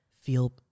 feel